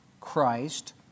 Christ